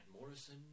Morrison